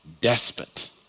despot